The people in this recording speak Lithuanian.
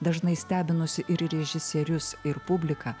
dažnai stebinusi ir režisierius ir publiką